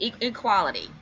equality